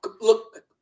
look